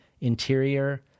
interior